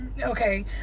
okay